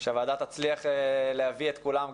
שהוועדה תצליח להביא את כולם,